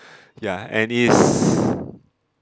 ya and it's